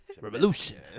Revolution